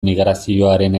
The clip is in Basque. migrazioaren